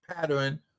pattern